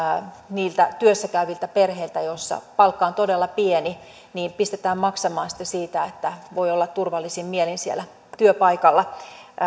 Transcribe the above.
niiltä työssä käyviltä perheiltä joissa palkka on todella pieni pistetään maksamaan sitten siitä että voi olla turvallisin mielin siellä työpaikalla